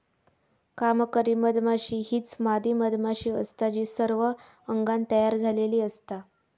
कामकरी मधमाशी हीच मादी मधमाशी असता जी सर्व अंगान तयार झालेली असता